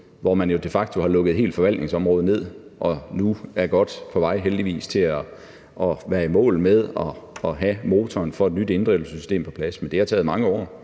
hvor man jo de facto har lukket et helt forvaltningsområde ned og nu er godt på vej – heldigvis – til at være i mål med at have motoren for et nyt inddrivelsessystem på plads. Men det har taget mange år.